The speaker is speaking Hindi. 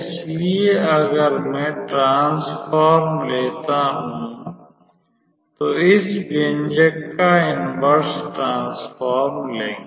इसलिए अगर मैं ट्रांसफॉर्म लेता हूँ तो इस व्यंजक का इनवर्स ट्रांसफॉर्म लेंगे